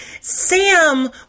Sam